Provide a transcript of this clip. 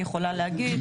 אני יכולה להגיד את זה,